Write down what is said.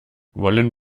wollen